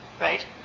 right